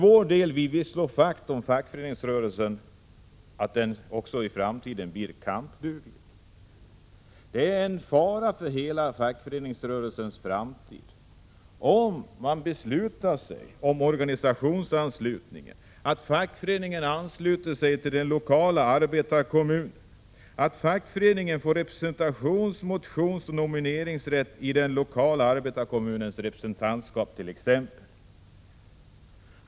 Vpk vill slå vakt om fackföreningsrörelsen så att den också i framtiden blir kampduglig. Det är en fara för hela den fackliga rörelsens framtid om man beslutar sig för den s.k. organisationsanslutningen, vilket innebär att fackföreningen ansluter sig till den lokala arbetarkommunen och att fackföreningen får representations-, motionsoch nomineringsrätt i t.ex. den lokala arbetarkommunens representantskap.